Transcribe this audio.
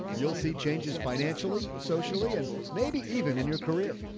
you'll see changes financially, socially, and maybe even in your career.